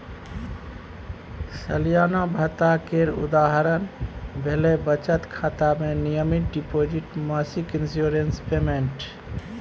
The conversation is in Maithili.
सलियाना भत्ता केर उदाहरण भेलै बचत खाता मे नियमित डिपोजिट, मासिक इंश्योरेंस पेमेंट